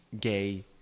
Gay